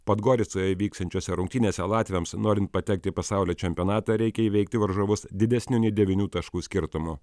podgoricoje vyksiančiose rungtynėse latviams norint patekti į pasaulio čempionatą reikia įveikti varžovus didesniu nei devynių taškų skirtumu